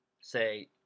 say